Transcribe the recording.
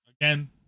Again